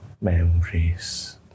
memories